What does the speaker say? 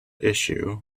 issue